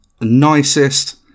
nicest